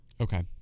Okay